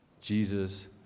Jesus